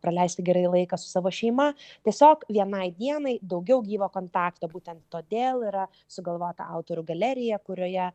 praleisti gerai laiką su savo šeima tiesiog vienai dienai daugiau gyvo kontakto būtent todėl yra sugalvota autorių galerija kurioje